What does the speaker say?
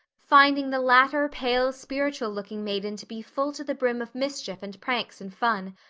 finding the latter pale spiritual-looking maiden to be full to the brim of mischief and pranks and fun,